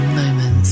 moments